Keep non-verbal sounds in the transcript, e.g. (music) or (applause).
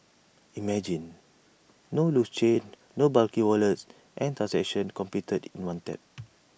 imagine no loose change no bulky wallets and (unintelligible) completed in one tap